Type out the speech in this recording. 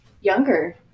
younger